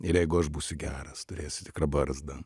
ir jeigu aš būsiu geras turėsiu tikrą barzdą